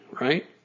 right